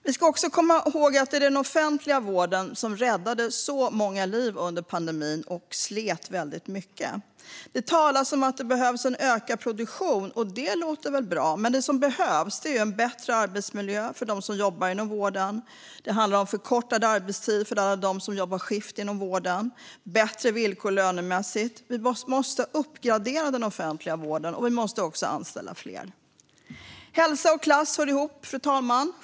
Vi ska också komma ihåg den offentliga vården, som räddade så många liv under pandemin och där man slet väldigt mycket. Det talas om att det behövs en ökad produktion, och det låter väl bra. Men det som behövs är en bättre arbetsmiljö för dem som jobbar inom vården. Det handlar om förkortade arbetstider för alla som jobbar skift inom vården och bättre villkor lönemässigt. Vi måste uppgradera den offentliga vården, och vi måste också anställa fler. Fru talman! Hälsa och klass hör ihop.